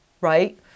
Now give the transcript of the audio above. right